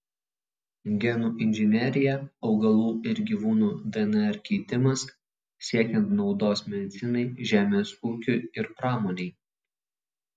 genų inžinerija augalų ir gyvūnų dnr keitimas siekiant naudos medicinai žemės ūkiui ir pramonei